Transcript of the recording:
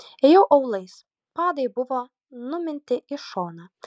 ėjau aulais padai buvo numinti į šoną